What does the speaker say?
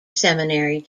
seminary